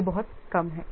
यह बहुत कम है